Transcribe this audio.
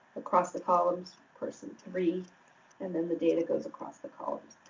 across the columns, person three and then the data goes across the columns.